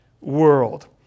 world